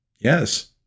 yes